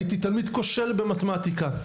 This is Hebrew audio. הייתי תלמיד כושל במתמטיקה,